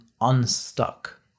unstuck